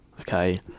okay